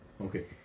Okay